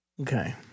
Okay